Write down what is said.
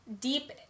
deep